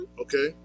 Okay